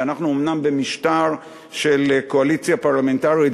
ואנחנו במשטר של קואליציה פרלמנטרית,